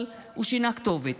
אבל הוא שינה כתובת.